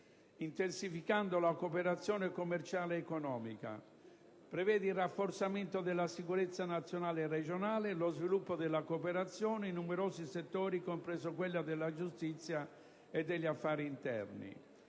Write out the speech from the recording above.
intensificare la cooperazione commerciale ed economica; il rafforzamento della sicurezza nazionale e regionale; lo sviluppo della cooperazione in numerosi settori compreso quello della giustizia e degli affari interni.